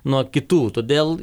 nuo kitų todėl